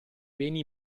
beni